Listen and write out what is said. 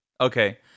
Okay